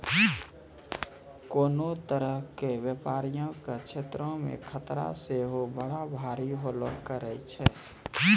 कोनो तरहो के व्यपारो के क्षेत्रो मे खतरा सेहो बड़ा भारी होलो करै छै